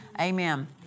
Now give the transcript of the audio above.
Amen